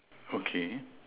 okay